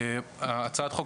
החוק,